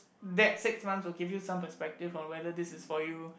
that six months will give you some perspective on whether this is for you